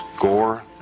gore